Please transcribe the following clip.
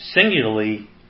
singularly